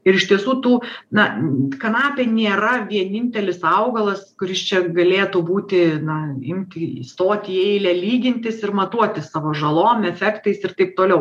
ir iš tiesų tų na kanapė nėra vienintelis augalas kuris čia galėtų būti na imti įstoti į eilę lygintis ir matuotis savo žalom efektais ir taip toliau